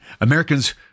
Americans